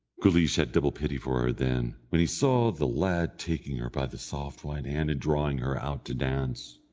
guleesh had double pity for her then, when he saw the lad taking her by the soft white hand, and drawing her out to dance.